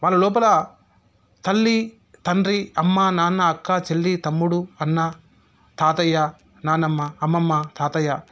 వాళ్ళ లోపల తల్లి తండ్రి అమ్మా నాన్న అక్క చెల్లి తమ్ముడు అన్న తాతయ్య నానమ్మ అమ్మమ్మ తాతయ్య